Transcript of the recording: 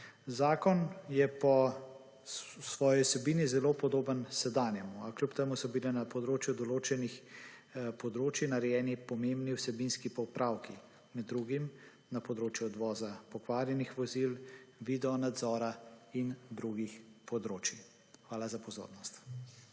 Zakon je po svoji vsebini zelo podoben sedanjemu, a kljub temu so bile na področju določenih področij narejeni pomembni vsebinski popravki. Med drugim na področju odvoza pokvarjenih vozil, videonadzora in drugih področij. Hvala za pozornost.